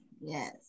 yes